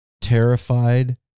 terrified